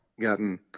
gotten